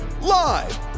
Live